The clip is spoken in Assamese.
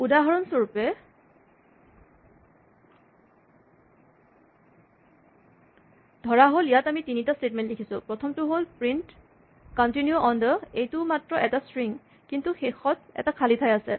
উদাহৰণস্বৰুপে ধৰাহ'ল ইয়াত আমি তিনিটা স্টেটমেন্ট লিখিছোঁ প্ৰথমটো হ'ল 'প্ৰিন্ট"কন্টিনিউ অন দ" " এইটো মাত্ৰ এটা স্ট্ৰিং কিন্তু শেষত এটা খালী ঠাই আছে